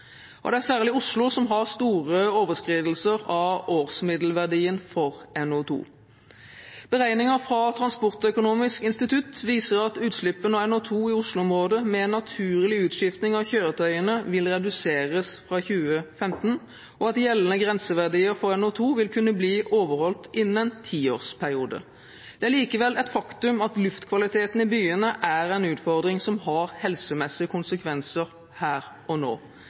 Det er særlig Oslo som har store overskridelser av årsmiddelverdien for NO2. Beregninger fra Transportøkonomisk institutt viser at utslippene av NO2 i Oslo-området med en naturlig utskifting av kjøretøyene vil reduseres fra 2015, og at gjeldende grenseverdier for NO2 vil kunne bli overholdt innen en tiårsperiode. Det er likevel et faktum at luftkvaliteten i byene er en utfordring som har helsemessige konsekvenser her og nå.